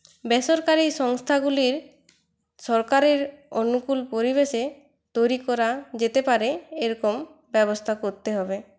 বেসরকারি সংস্থাগুলির সরকারির অনুকূল পরিবেশে তৈরি করা যেতে পারে এরকম ব্যবস্থা করতে হবে